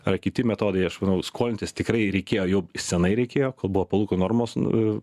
ar kiti metodai aš manau skolintis tikrai reikėjo jau senai reikėjo ko buvo pulko normos nu